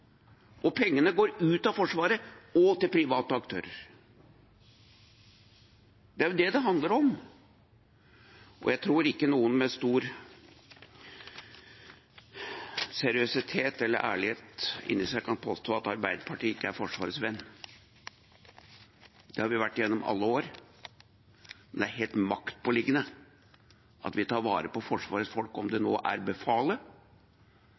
og pengene går ut av Forsvaret og til private aktører. Det er det det handler om, og jeg tror ikke noen med stor seriøsitet eller ærlighet inni seg kan påstå at Arbeiderpartiet ikke er Forsvarets venn. Det har vi vært gjennom alle år. Men det er helt maktpåliggende at vi tar vare på Forsvarets folk, om det nå er befalet